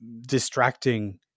distracting